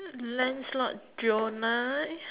lancelot jonah